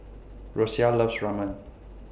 Rosia loves Ramen